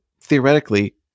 theoretically